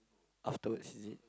afterwards is it